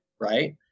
right